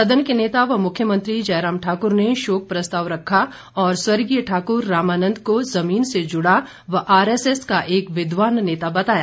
सदन के नेता व मुख्यमंत्री जयराम ठाकुर ने शोक प्रस्ताव रखा और स्वर्गीय ठाकुर रामानंद को जमीन से जुड़ा व आरएसएस का एक विद्वान नेता बताया